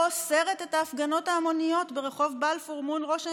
אוסרת את ההפגנות ההמוניות ברחוב בלפור מול ראש הממשלה.